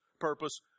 purpose